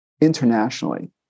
internationally